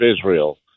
Israel